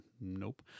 nope